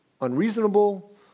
unreasonable